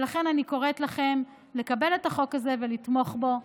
ולכן אני קוראת לכם לקבל את החוק הזה ולתמוך בו.